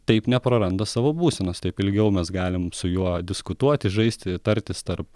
taip nepraranda savo būsenos taip ilgiau mes galim su juo diskutuoti žaisti tartis tarp